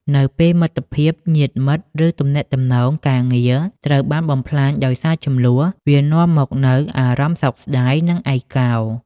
នៅពេលមិត្តភាព ញាតិមិត្ត ឬទំនាក់ទំនងការងារត្រូវបានបំផ្លាញដោយសារជម្លោះ វានាំមកនូវអារម្មណ៍សោកស្ដាយ និងឯកោ។